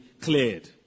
cleared